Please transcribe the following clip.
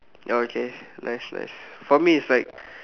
ya okay nice nice for me it's like